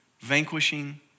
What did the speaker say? vanquishing